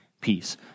peace